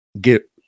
get